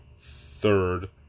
third